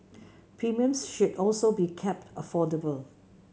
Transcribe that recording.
premiums should also be kept affordable